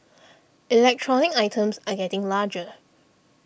electronic items are getting larger